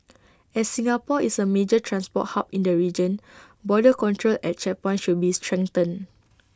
as Singapore is A major transport hub in the region border control at checkpoints should be strengthened